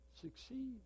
succeed